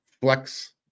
Flex